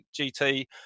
GT